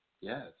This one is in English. Yes